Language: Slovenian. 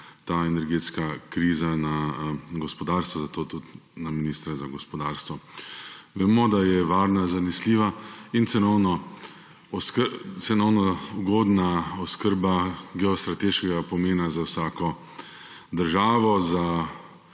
ta energetska kriza na gospodarstvo, zato tudi naslavljam na ministra za gospodarstvo. Vemo, da je varna, zanesljiva in cenovno ugodna oskrba geostrateškega pomena za vsako državo,